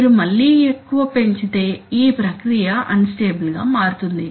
మీరు మళ్ళీ ఎక్కువ పెంచితే ఈ ప్రక్రియ అన్స్టేబుల్ గా మారుతుంది